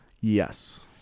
Yes